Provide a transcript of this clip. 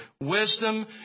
wisdom